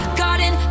garden